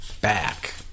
back